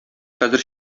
хәзер